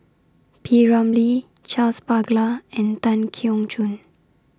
P Ramlee Charles Paglar and Tan Keong Choon